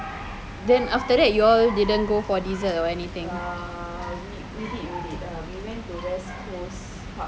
then after that you all didn't go for dessert or anything